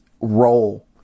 role